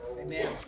Amen